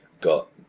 got